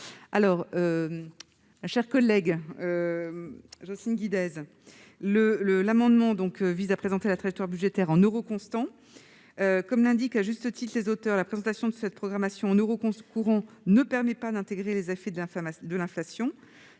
secteurs ? L'amendement n° 59 rectifié vise à présenter la trajectoire budgétaire en euros constants. Comme l'indiquent à juste titre les auteurs, la présentation de cette programmation en euros courants ne permet pas d'intégrer les effets de l'inflation.